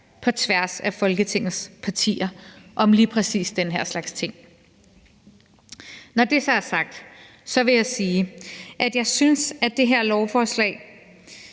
på tværs af Folketingets partier om lige præcis den her slags ting. Når det så er sagt, vil jeg sige, at jeg synes, at det her lovforslag